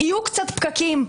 יהיו קצת פקקים,